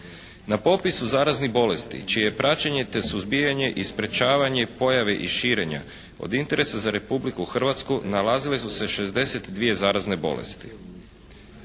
Na popisu zaraznih bolesti čije je praćenje, te suzbijanje i sprječavanje pojave i širenja od interesa za Republiku Hrvatsku nalazile su se 62 zarazne bolesti.